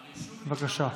בבקשה.